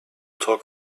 talk